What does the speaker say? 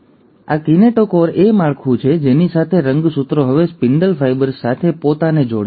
તેથી આ કિનેટોકોર માળખું છે જેની સાથે રંગસૂત્રો હવે સ્પિન્ડલ ફાઇબર્સ સાથે પોતાને જોડશે